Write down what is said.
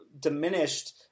diminished